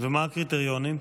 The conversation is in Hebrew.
ומה הקריטריונים?